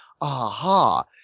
Aha